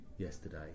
Yesterday